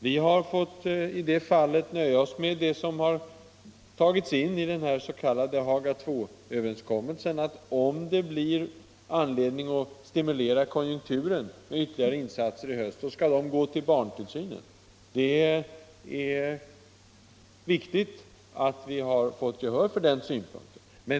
Vi har i det fallet fått nöja oss med det som har tagits in i den s, k. Haga-Il-överenskommelsen: om det finns anledning att stimulera konjunkturen med ytterligare insatser i höst, så skall de inriktas på barntillsynen. Det är viktigt att vi har fått gehör för den synpunkten.